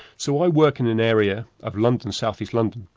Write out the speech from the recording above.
so i work in an area of london, south east london,